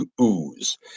ooze